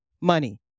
money